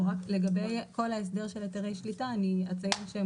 לגבי כל ההסדר של היתרי שליטה אני אציין שהם